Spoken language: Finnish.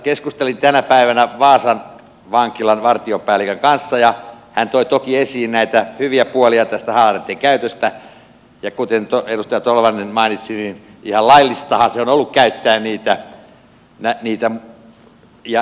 keskustelin tänä päivänä vaasan vankilan vartiopäällikön kanssa ja hän toi toki esiin näitä hyviä puolia tästä haalareitten käytöstä ja kuten edustaja tolvanen mainitsi niin ihan laillistahan se on ollut käyttää niitä